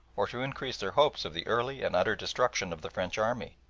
or to increase their hopes of the early and utter destruction of the french army.